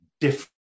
different